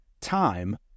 Time